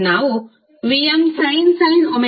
ನಾವುVmsin ωt v ಪಡೆಯುತ್ತೇವೆ